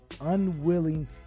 unwilling